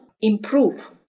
improve